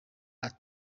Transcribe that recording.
ari